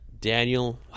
daniel